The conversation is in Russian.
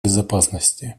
безопасности